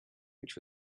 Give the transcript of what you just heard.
which